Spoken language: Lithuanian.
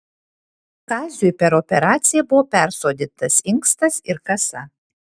kaziui per operaciją buvo persodintas inkstas ir kasa